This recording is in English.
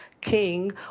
king